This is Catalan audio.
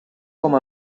com